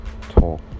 Talk